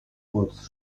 boots